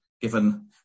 given